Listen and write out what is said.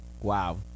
Wow